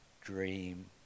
dream